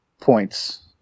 points